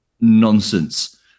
nonsense